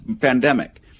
pandemic